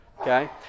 Okay